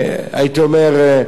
הייתי אומר,